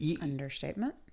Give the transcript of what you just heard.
Understatement